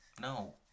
no